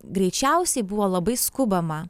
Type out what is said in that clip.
greičiausiai buvo labai skubama